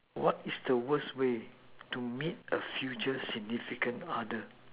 what is the worst way to meet a future significant other